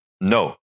No